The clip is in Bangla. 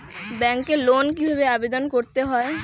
ব্যাংকে লোন কিভাবে আবেদন করতে হয়?